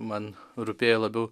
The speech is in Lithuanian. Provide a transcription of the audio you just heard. man rūpėjo labiau